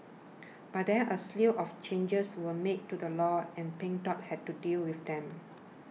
but there a slew of changes were made to the law and Pink Dot had to deal with them